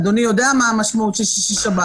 אדוני יודע מה המשמעות של שישי-שבת,